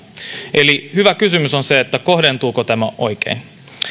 eli hyvä kysymys on kohdentuuko tämä oikein